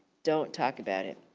don't talk about it.